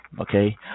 okay